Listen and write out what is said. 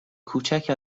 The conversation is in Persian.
کوچک